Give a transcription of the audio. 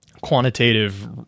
quantitative